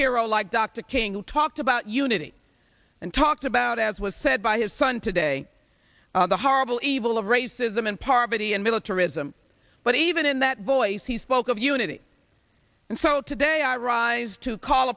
hero like dr king who talked about unity and talked about as was said by his son today the horrible evil of racism and poverty and militarism but even in that voice he spoke of unity and so today i rise to call